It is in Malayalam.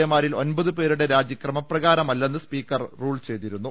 എമാരിൽ ഒമ്പത് പേരുടെ രാജി ക്രമപ്രകാർമല്ലെന്ന് സ്പീക്കർ റൂൾ ചെയ്തി രുന്നു